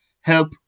Help